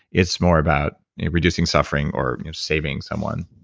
it's more about reducing suffering or saving someone